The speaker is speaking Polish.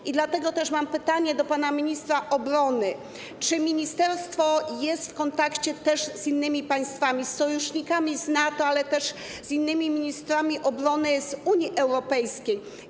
I dlatego mam pytanie do pana ministra obrony: Czy ministerstwo jest w kontakcie z innymi państwami, sojusznikami z NATO, ale też z innymi ministrami obrony z Unii Europejskiej?